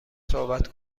صحبت